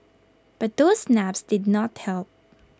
but those naps did not help